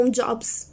jobs